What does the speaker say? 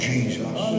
Jesus